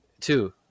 two